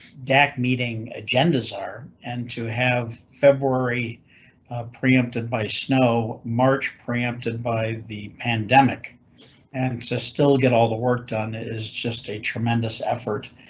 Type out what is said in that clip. dac meeting agendas are and to have february preempted by snow march preempted by the pandemic and so still get all the work done is just a tremendous effort.